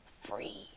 free